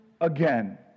again